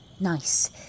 Nice